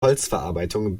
holzverarbeitung